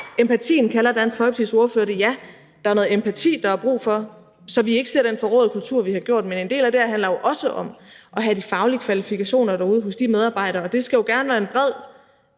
Empatien kalder Dansk Folkepartis ordfører det. Ja, der er noget empati, der er brug for, så vi ikke ser den forråede kultur, vi har set. Men en del af det her handler jo også om at have de faglige kvalifikationer derude hos de medarbejdere, og det skal jo gerne være en bredt